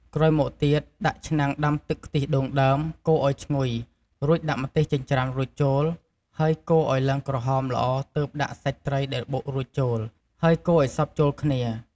ក្រោយមកទៀតដាក់ឆ្នាំងដាំទឹកខ្ទិះដូងដើម កូរឱ្យឈ្ងុយ រួចដាក់ម្ទេសចិញ្ច្រាំរួចចូល ហើយកូរឱ្យឡើងក្រហមល្អទើបដាក់សាច់ត្រីដែលបុករួចចូល ហើយកូរឱ្យសព្វចូលគ្នា។